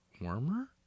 warmer